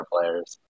players